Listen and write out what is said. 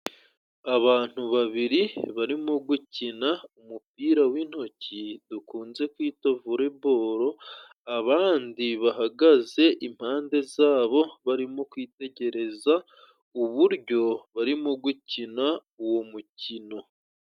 Abantu babiri barimo gukina umupira w'intoki dukunze kwita volebolo, abandi bahagaze impande zabo barimo kwitegereza uburyo barimo gukina uwo mukino.